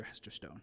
Hesterstone